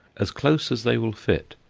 as close as they will fit.